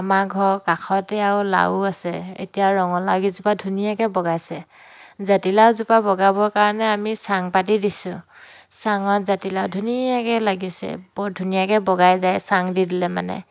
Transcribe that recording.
আমাৰ ঘৰৰ কাষতে আৰু লাও আছে এতিয়া ৰঙালাওগিজোপা ধুনীয়াকৈ বগাইছে জাতিলাওজোপা বগাবৰ কাৰণে আমি চাং পাতি দিছোঁ চাঙত জাতিলাও ধুনীয়াকৈ লাগিছে বৰ ধুনীয়াকৈ বগাই যায় চাং দি দিলে মানে